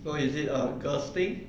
so is it a girl's thing